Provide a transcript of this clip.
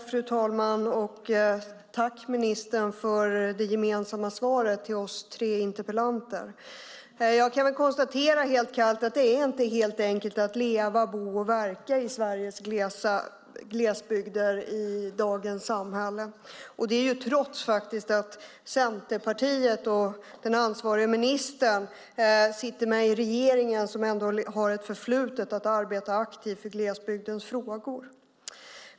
Fru talman! Tack, ministern, för det gemensamma svaret till oss tre interpellanter! Jag kan konstatera helt kallt att det inte är helt enkelt att leva, bo och verka i Sveriges glesbygder i dagens samhälle, trots att Centerpartiet och den ansvariga ministern i regeringen ändå har ett förflutet med att arbeta aktivt för glesbygdens frågor.